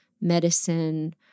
medicine